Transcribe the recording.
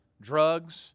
drugs